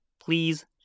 Please